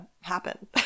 happen